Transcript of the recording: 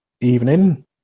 Evening